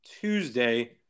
Tuesday